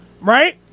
Right